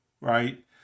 right